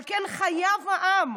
על כן חייב העם,